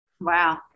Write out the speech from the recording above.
Wow